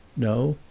no,